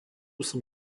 som